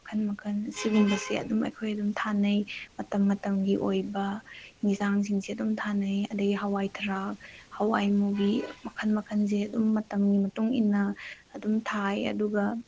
ꯃꯈꯜ ꯃꯈꯜ ꯁꯤꯒꯨꯝꯕꯁꯦ ꯑꯗꯨꯝ ꯑꯩꯈꯣꯏ ꯑꯗꯨꯝ ꯊꯥꯅꯩ ꯃꯇꯝ ꯃꯇꯝꯒꯤ ꯑꯣꯏꯕ ꯑꯦꯟꯁꯥꯡꯁꯤꯡꯁꯦ ꯑꯗꯨꯝ ꯊꯥꯅꯩ ꯑꯗꯒꯤ ꯍꯋꯥꯏ ꯊ꯭ꯔꯥꯛ ꯍꯋꯥꯏ ꯃꯨꯕꯤ ꯃꯈꯜ ꯃꯈꯜꯁꯦ ꯑꯗꯨꯝ ꯃꯇꯝꯒꯤ ꯃꯇꯨꯡ ꯏꯟꯅ ꯑꯗꯨꯝ ꯊꯥꯏ ꯑꯗꯨꯒ